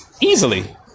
easily